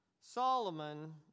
Solomon